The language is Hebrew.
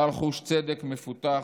בעל חוש צדק מפותח,